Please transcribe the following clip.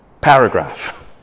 paragraph